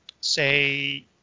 say